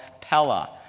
Pella